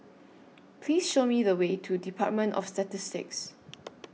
Please Show Me The Way to department of Statistics